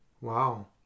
Wow